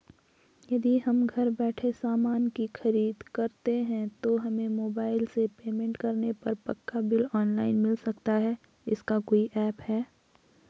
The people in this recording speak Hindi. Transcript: यदि हम घर बैठे सामान की खरीद करते हैं तो हमें मोबाइल से पेमेंट करने पर पक्का बिल ऑनलाइन मिल सकता है इसका कोई ऐप है